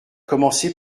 commencer